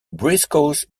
briscoe